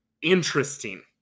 Interesting